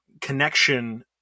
connection